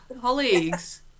colleagues